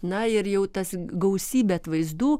na ir jau tas gausybę atvaizdų